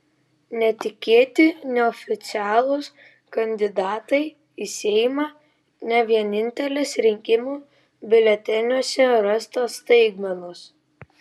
netikėti neoficialūs kandidatai į seimą ne vienintelės rinkimų biuleteniuose rastos staigmenos